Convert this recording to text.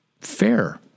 Fair